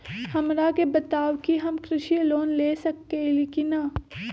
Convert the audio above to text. हमरा के बताव कि हम कृषि लोन ले सकेली की न?